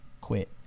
Quit